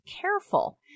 Careful